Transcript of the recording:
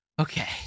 Okay